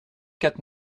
quatre